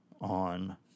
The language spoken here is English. on –